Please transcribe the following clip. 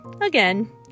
again